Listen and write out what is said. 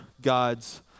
God's